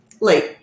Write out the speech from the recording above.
Late